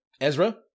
Ezra